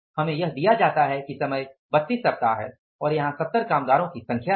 हमें यह दिया जाता है कि समय 32 सप्ताह है और यहाँ 70 कामगारों की संख्या है